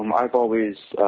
um i've always